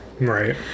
right